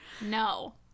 No